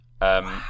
Wow